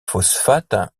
phosphates